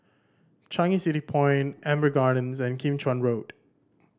Changi City Point Amber Gardens and Kim Chuan Road